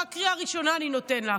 רק קריאה ראשונה אני נותן לך.